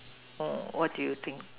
oh what do you think